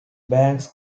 banks